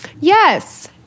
Yes